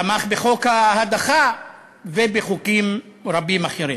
תמך בחוק ההדחה ובחוקים רבים אחרים.